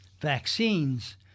vaccines